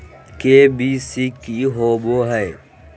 KYC की हॉबे हय?